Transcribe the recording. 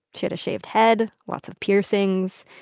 she had a shaved head, lots of piercings,